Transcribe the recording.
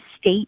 state